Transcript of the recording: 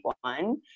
one